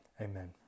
Amen